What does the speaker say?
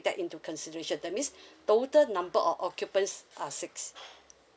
that into consideration that means total number of occupants are six